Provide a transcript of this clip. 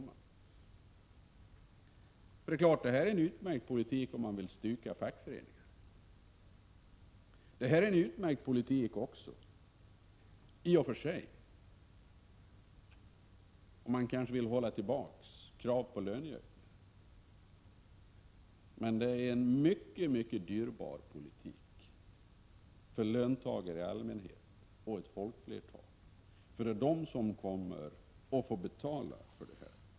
Naturligtvis är detta en utmärkt politik, om man vill stycka fackföreningarna och också i och för sig om man vill hålla tillbaka krav på löneökningar, men det är en mycket dyrbar politik för löntagare i allmänhet och för ett folkflertal, för det är de som kommer att få betala.